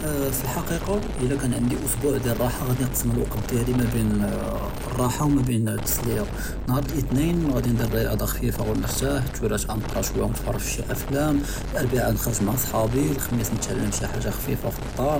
פִּלְחַקִּيقַה אִזָּא כָּאן עַנְדִי אֻסְבּוּע דִיַאל לְרַחַה גַ'אדִי נְקַסֵּם לְוַקֵּת דִיַאלִי מַאבֵּין לְרַחַה וּמַאבֵּין לִתְסַלִיַה נְהַאר לְאתְנֵין גַ'אדִי נְדִיר רִיاضة חֻפִיפַה וּנְרְתַּاح גַ'אדִי נְקְרָא וּנְתְפַרַג שִי אַפְלָאם, לְאַרְבַּעַא נְخְרַג מַעַ סְחַאבִּי, לְחַמִיס נְתְעַלַּם שִי חַאגַ'ה חֻפִיפַה פִּלְדַּאר,